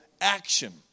action